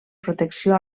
protecció